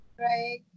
Right